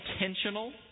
intentional